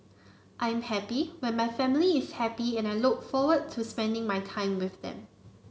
I am happy when my family is happy and I look forward to spending my time with them